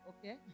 Okay